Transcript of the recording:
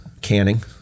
canning